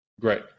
Great